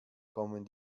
kommen